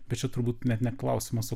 bet čia turbūt net ne klausimas